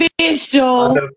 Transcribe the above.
official